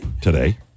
today